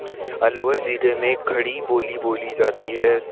अलवर ज़िले में खड़ी बोली बोली जाती है